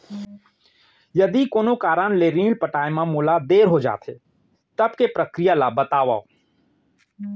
यदि कोनो कारन ले ऋण पटाय मा मोला देर हो जाथे, तब के प्रक्रिया ला बतावव